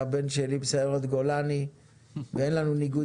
והבן שלי בסיירת גולני ואין לנו ניגוד